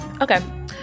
okay